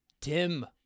Tim